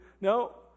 no